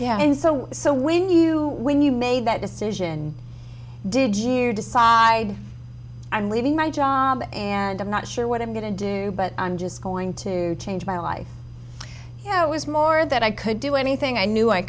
exciting and so so when you when you made that decision did you decide i'm leaving my job and i'm not sure what i'm going to do but i'm just going to change my life you know it was more that i could do anything i knew i